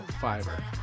fiber